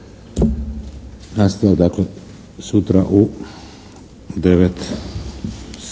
Nastavak dakle sutra u 9